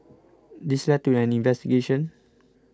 this led to an investigation